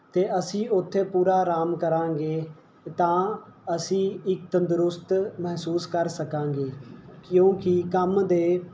ਅਤੇ ਅਸੀਂ ਉੱਥੇ ਪੂਰਾ ਆਰਾਮ ਕਰਾਂਗੇ ਤਾਂ ਅਸੀਂ ਇਕ ਤੰਦਰੁਸਤ ਮਹਿਸੂਸ ਕਰ ਸਕਾਂਗੇ ਕਿਉਂਕੀ ਕੰਮ ਦੇ